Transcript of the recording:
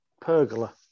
pergola